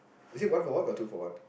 is it one for one or two for one